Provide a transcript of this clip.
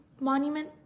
Monument